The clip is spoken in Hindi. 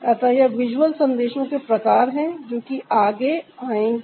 अतः यह विजुअल संदेशों के प्रकार हैं जो कि आगे जाएंगे